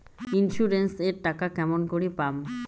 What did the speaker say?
Insurance এর টাকা কেমন করি পাম?